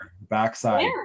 backside